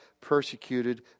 persecuted